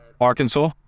Arkansas